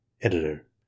editor